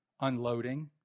unloading